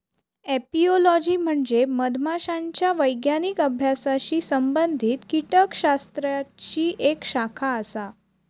apiology म्हणजे मधमाशांच्या वैज्ञानिक अभ्यासाशी संबंधित कीटकशास्त्राची एक शाखा आसा